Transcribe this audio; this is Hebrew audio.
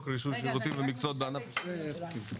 רישוי שירותים ומקצועות בענף הרכב (תיקון מס' 7),